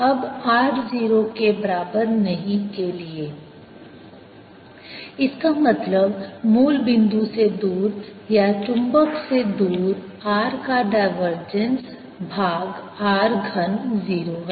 अब r 0 के बराबर नहीं के लिए इसका मतलब मूल बिंदु से दूर या चुंबक से दूर r का डायवर्जेंस भाग r घन 0 है